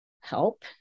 help